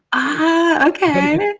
ah, okay.